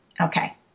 Okay